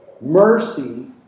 Mercy